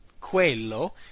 Quello